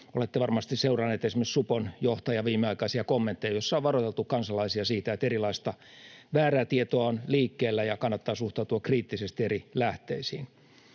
Olette varmasti seuranneet esimerkiksi supon johtajan viimeaikaisia kommentteja, joissa on varoiteltu kansalaisia siitä, että erilaista väärää tietoa on liikkeellä ja kannattaa suhtautua kriittisesti eri lähteisiin.